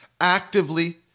actively